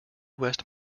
west